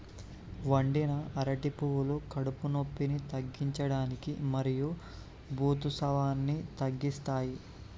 వండిన అరటి పువ్వులు కడుపు నొప్పిని తగ్గించడానికి మరియు ఋతుసావాన్ని తగ్గిస్తాయి